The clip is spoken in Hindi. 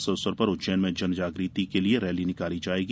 इस अवसर पर उज्जैन में जन जाग़ति के लिये रैली निकाली जायेगी